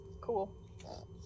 Cool